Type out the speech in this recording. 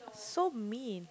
so mean